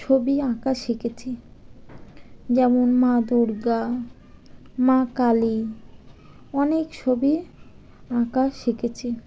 ছবি আঁকা শিকেছি যেমন মা দুর্গা মা কালী অনেক ছবি আঁকা শিখেছি